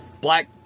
black